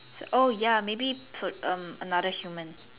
oh ya maybe so um another human